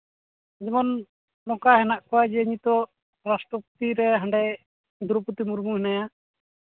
ᱡᱮᱢᱚᱱ ᱱᱚᱝᱠᱟ ᱢᱮᱱᱟᱜ ᱠᱚᱣᱟ ᱡᱮ ᱱᱤᱛᱚᱜ ᱨᱟᱥᱴᱨᱚᱯᱚᱛᱤ ᱨᱮ ᱦᱟᱸᱰᱮ ᱫᱨᱳᱯᱚᱫᱤ ᱢᱩᱨᱢᱩ ᱦᱮᱱᱟᱭᱟ